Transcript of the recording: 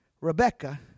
Rebecca